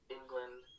England